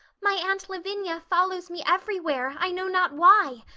my aunt lavinia follows me everywhere, i know not why.